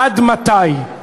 עד מתי?